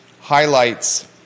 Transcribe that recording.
highlights